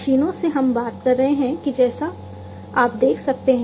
मशीनों से हम बात कर रहे हैं जैसे आप देख सकते हैं